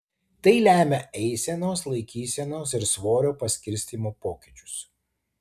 tai lemia eisenos laikysenos ir svorio paskirstymo pokyčius